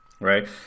right